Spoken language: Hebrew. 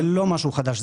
זה לא משהו חדש,